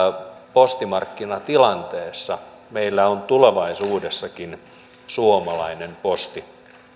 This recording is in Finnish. postimarkkinatilanteessa meillä on tulevaisuudessakin suomalainen posti